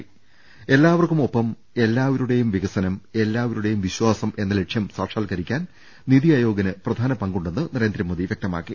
എല്ലാവർക്കും ഒപ്പം എല്ലാവരുടെയും വിക്സനം എല്ലാ വരുടെയും വിശ്വാസം എന്ന ലക്ഷ്യം സാക്ഷാത്കരിക്കാൻ നീതി ആയോഗിന് പ്രധാന പങ്കുണ്ടെന്ന് നരേന്ദ്രമോദി വ്യക്ത മാക്കി